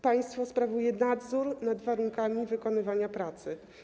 Państwo sprawuje nadzór nad warunkami wykonywania pracy.